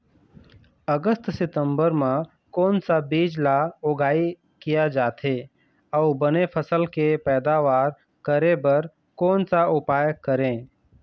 अगस्त सितंबर म कोन सा बीज ला उगाई किया जाथे, अऊ बने फसल के पैदावर करें बर कोन सा उपाय करें?